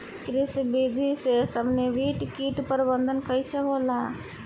कृषि विधि से समन्वित कीट प्रबंधन कइसे होला?